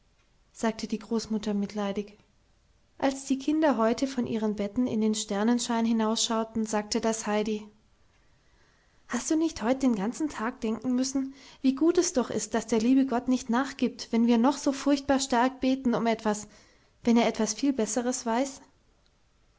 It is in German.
sagte die großmutter mitleidig als die kinder heute von ihren betten in den sternenschein hinausschauten sagte das heidi hast du nicht heut den ganzen tag denken müssen wie gut es doch ist daß der liebe gott nicht nachgibt wenn wir noch so furchtbar stark beten um etwas wenn er etwas viel besseres weiß